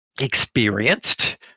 experienced